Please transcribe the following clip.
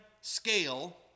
scale